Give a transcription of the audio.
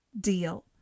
Deal